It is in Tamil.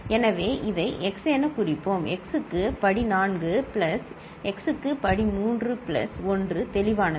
எனவே இதை x எனக் குறிப்போம் Xக்கு படி 4 பிளஸ் x க்கு படி 3 பிளஸ் 1 தெளிவானது